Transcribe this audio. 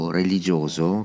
religioso